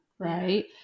right